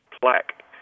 plaque